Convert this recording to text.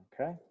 Okay